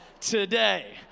today